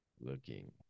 Looking